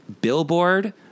Billboard